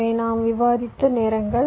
இவை நாம் விவாதித்த நேரங்கள்